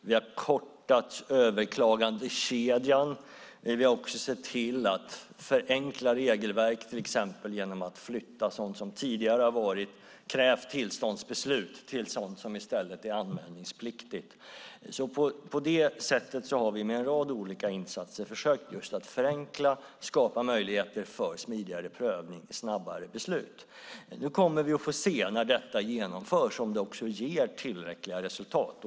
Vi har kortat överklagandekedjan, och vi har sett till att förenkla regelverket till exempel genom att flytta sådant som tidigare har krävt tillståndsbeslut till att i stället bli anmälningspliktigt. På det sättet har vi med en rad insatser försökt att förenkla och skapa möjligheter för smidigare prövning och snabbare beslut. När detta genomförs kommer vi att få se om det ger tillräckliga resultat.